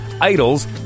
Idols